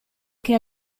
che